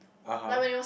(uh huh)